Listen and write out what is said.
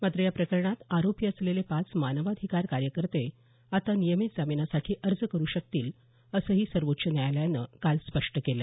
मात्र याप्रकरणात आरोपी असलेले पाच मानवाधिकार कार्यकर्ते आता नियमित जामीनासाठी अर्ज करू शकतील असंही सर्वोच्च न्यायालयानं काल स्पष्ट केलं